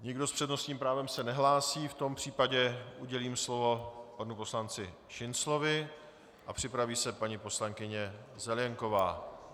Nikdo s přednostním právem se nehlásí, v tom případě udělím slovo panu poslanci Šinclovi a připraví se paní poslankyně Zelienková.